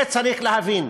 את זה צריך להבין.